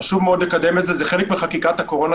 חשוב מאוד לקדם את זה, זה חלק מחקיקת הקורונה,